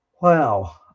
Wow